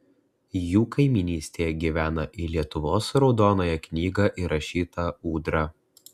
jų kaimynystėje gyvena į lietuvos raudonąją knygą įrašyta ūdra